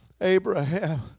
Abraham